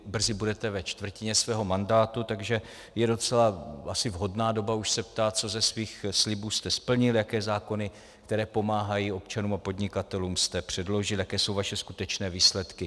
Brzy budete ve čtvrtině svého mandátu, takže je docela asi vhodná doba už se ptát, co ze svých slibů jste splnil, jaké zákony, které pomáhají občanům a podnikatelům, jste předložil, jaké jsou vaše skutečné výsledky.